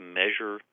measure